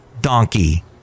Donkey